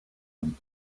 them